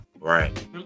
Right